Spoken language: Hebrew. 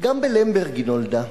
גם בלמברג היא נולדה,